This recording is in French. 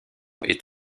est